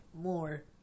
more